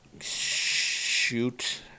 Shoot